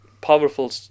powerful